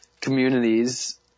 communities